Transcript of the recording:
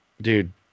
Dude